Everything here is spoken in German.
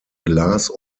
glas